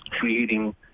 creating